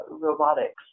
robotics